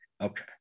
Okay